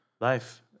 life